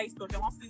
Facebook